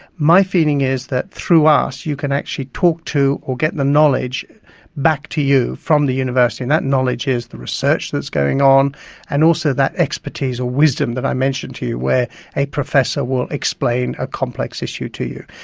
my feeling is that through us you can actually talk to or get the knowledge back to you from the university. and that knowledge is the research that's going on and also that expertise or wisdom that i mentioned to you where a professor will explain a complex issue to you.